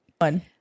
one